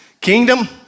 Kingdom